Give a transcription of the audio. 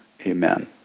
Amen